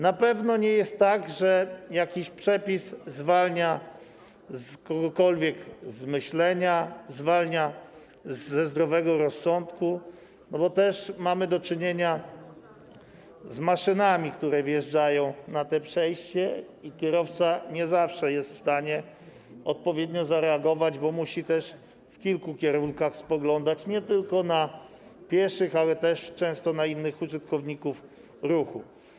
Na pewno nie jest tak, że jakiś przepis zwalnia kogokolwiek z myślenia, zwalnia ze zdrowego rozsądku, ponieważ mamy do czynienia z maszynami, które wjeżdżają na to przejście, i kierowca nie zawsze jest w stanie odpowiednio zareagować, bo musi w kilku kierunkach spoglądać, nie tylko na pieszych, ale też często na innych uczestników ruchu.